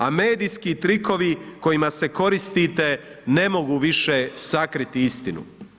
A medijski trikovi kojima se koristite, ne mogu više sakriti istinu.